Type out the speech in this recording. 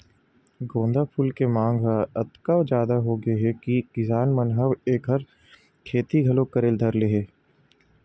गोंदा फूल के मांग ह अतका जादा होगे हे कि किसान मन ह एखर खेती घलो करे बर धर ले हे